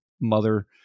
mother